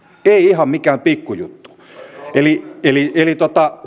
ei mikään ihan pikkujuttu eli eli